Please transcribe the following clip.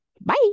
Bye